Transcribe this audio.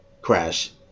crash